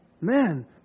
Man